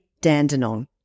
Dandenong